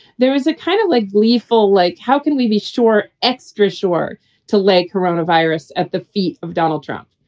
there is a kind of like gleeful like how can we be sure extra sure to let corona virus at the feet of donald trump?